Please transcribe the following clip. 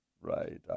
Right